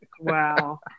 Wow